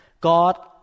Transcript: God